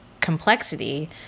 complexity